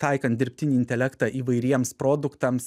taikant dirbtinį intelektą įvairiems produktams